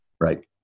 Right